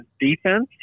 defense